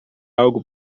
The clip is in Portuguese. algo